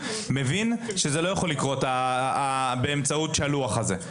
מבין שזה לא יכול לקרות באמצעות השלוח הזה.